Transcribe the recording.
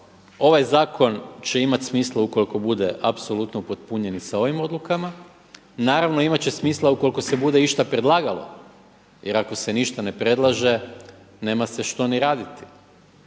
ovaj zakon će imati smisla ukoliko bude apsolutno upotpunjen i sa ovim odlukama. Naravno imati će smisla ukoliko se bude išta predlagalo jer ako se ništa ne predlaže nema se što ni raditi.